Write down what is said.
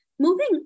Moving